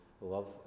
love